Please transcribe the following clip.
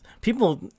people